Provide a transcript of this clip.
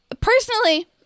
personally